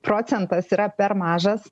procentas yra per mažas